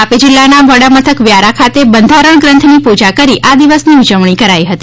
તાપી જિલ્લાના વડામથક વ્યારા ખાતે બંધારણ ગ્રંથની પૂજા કરી આ દિવસની ઉજવણી કરાઇ હતી